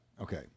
Okay